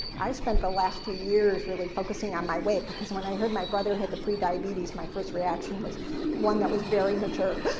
i spent the last two years really focusing on my weight because when i heard my brother had the prediabetes, my first reaction was one that was very mature.